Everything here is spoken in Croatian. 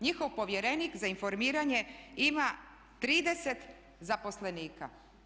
Njihov povjerenik za informiranje ima 30 zaposlenika.